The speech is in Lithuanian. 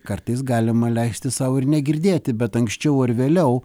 kartais galima leisti sau ir negirdėti bet anksčiau ar vėliau